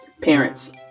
Parents